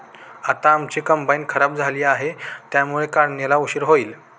आता आमची कंबाइन खराब झाली आहे, त्यामुळे काढणीला उशीर होईल